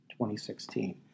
2016